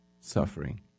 suffering